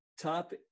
top